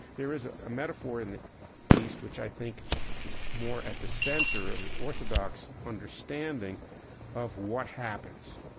there is a, a metaphor in the east, which i think is more at the center of the orthodox understanding of what happens.